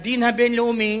הדין הבין-לאומי